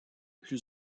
plus